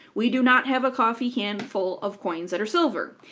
we do not have a coffee can full of coins that are silver.